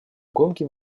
гонки